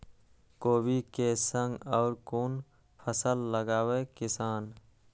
कोबी कै संग और कुन फसल लगावे किसान?